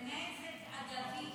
זה נזק אגבי.